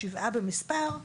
שבעה במספר,